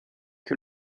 que